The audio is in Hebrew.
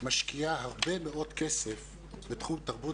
משקיעה הרבה מאוד כסף בתחום תרבות